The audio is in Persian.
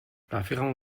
رفیقمو